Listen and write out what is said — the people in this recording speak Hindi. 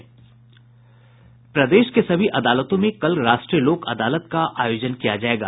प्रदेश के सभी अदालतों में कल राष्ट्रीय लोक अदालत का आयोजन किया जायेगा